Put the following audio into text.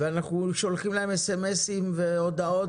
אנחנו שולחים להם סמ"סים והודעות,